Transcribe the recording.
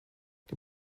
die